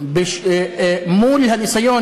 מול הניסיון,